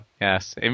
yes